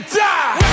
die